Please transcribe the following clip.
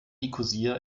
nikosia